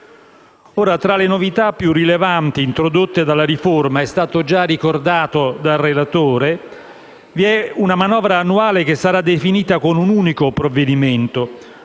Tra le novità più rilevanti introdotte dalla riforma - come è stato già ricordato dal relatore - vi è una manovra annuale che sarà definita con un unico provvedimento,